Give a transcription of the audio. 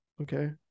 Okay